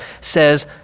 says